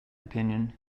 opinion